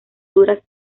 duras